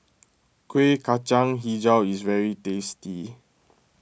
Kueh Kacang HiJau is very tasty